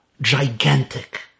gigantic